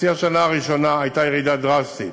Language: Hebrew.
בחצי השנה הראשונה, הייתה ירידה דרסטית.